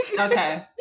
Okay